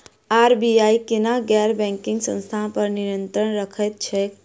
RBI केना गैर banking संस्था पर नियत्रंण राखैत छैक?